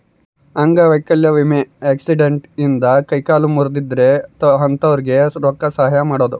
ಅಂಗವೈಕಲ್ಯ ವಿಮೆ ಆಕ್ಸಿಡೆಂಟ್ ಇಂದ ಕೈ ಕಾಲು ಮುರ್ದಿದ್ರೆ ಅಂತೊರ್ಗೆ ರೊಕ್ಕ ಸಹಾಯ ಮಾಡೋದು